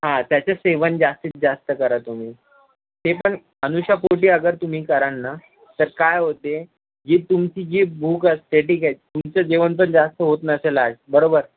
हां त्याचे सेवन जास्तीत जास्त करा तुम्ही ते पण अनुशापोटी अगर तुम्ही कराल ना तर काय होते जी तुमची जी भूक असते ठीक आहे तुमचं जेवण पण जास्त होत नसेल आज बरोबर